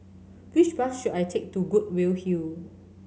which bus should I take to Goodwood Hill